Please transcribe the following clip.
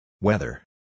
Weather